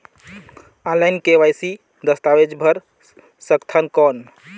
Online KYC दस्तावेज भर सकथन कौन?